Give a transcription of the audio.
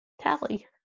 Tally